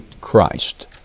Christ